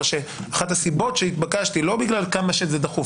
ואחת הסיבות שהתבקשתי לא בגלל כמה שזה דחוף,